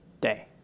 day